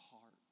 heart